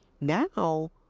Now